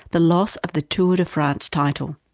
the loss of the tour de france title.